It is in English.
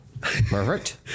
Perfect